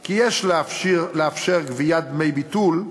כי יש לאפשר גביית דמי ביטול,